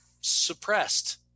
suppressed